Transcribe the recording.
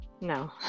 No